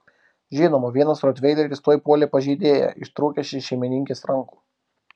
žinoma vienas rotveileris tuoj puolė pažeidėją ištrūkęs iš šeimininkės rankų